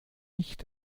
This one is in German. nicht